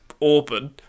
open